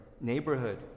neighborhood